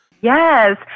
Yes